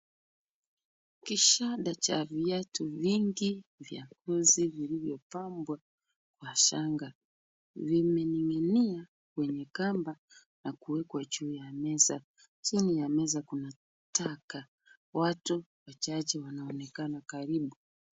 Kishada cha viatu vingi vya uzi vilivyopambwa kwa shanga vimening'inia kwenye kamba na kuwekwa juu ya meza. Chini ya meza kuna taka, watu wachache wanaonekana karibu.